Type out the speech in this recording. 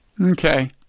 Okay